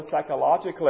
psychologically